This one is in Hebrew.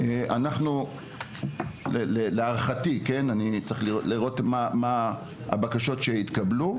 אמנם אני צריך לראות מה הבקשות שהתקבלו,